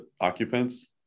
occupants